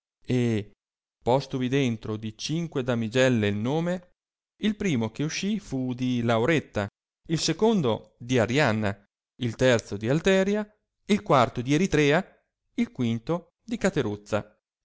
e postovi dentro di cinque damigelle il nome il primo che uscì fu di lauretta il secondo di arianna il terzo di alteria il quarto di eritrea il quinto